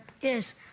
Yes